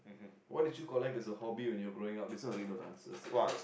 what did you collect as a hobby when you were growing up this one already know the answer to it